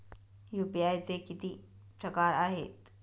UPI चे किती प्रकार आहेत?